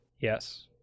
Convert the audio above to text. Yes